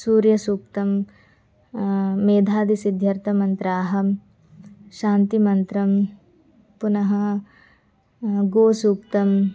सूर्यसूक्तं मेधादिसिद्ध्यर्थमन्त्राणि शान्तिमन्त्रं पुनः गोसूक्तम्